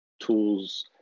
tools